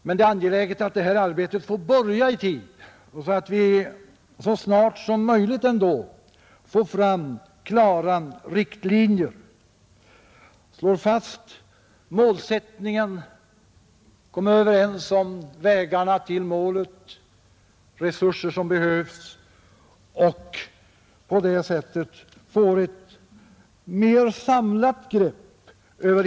Men det är angeläget att det här arbetet får börja i tid, så att vi så snart som möjligt ändå får fram klara riktlinjer, slår fast målsättningen, kommer överens om vägarna till målet och de resurser som behövs och på det sättet får ett mer samlat grepp.